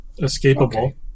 escapable